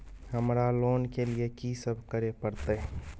हमरा लोन के लिए की सब करे परतै?